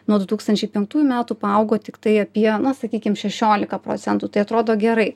nuo du tūkstančiai penktųjų metų paaugo tiktai apie na sakykim šešiolika procentų tai atrodo gerai